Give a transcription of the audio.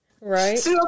right